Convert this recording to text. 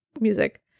music